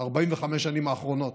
45 השנים האחרונות,